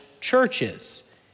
churches